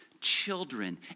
children